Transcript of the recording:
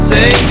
Say